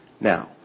Now